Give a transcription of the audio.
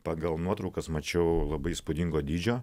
pagal nuotraukas mačiau labai įspūdingo dydžio